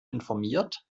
informiert